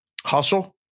Hustle